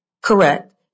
Correct